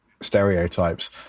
stereotypes